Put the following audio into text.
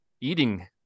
eating